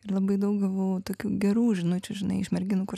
ir labai daug gavau tokių gerų žinučių žinai iš merginų kur